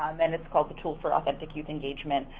um then it's called tool for authentic youth engagement.